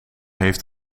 heeft